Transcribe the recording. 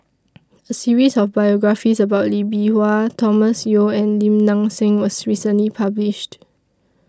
A series of biographies about Lee Bee Wah Thomas Yeo and Lim Nang Seng was recently published